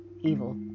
evil